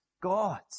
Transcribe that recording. God